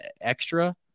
extra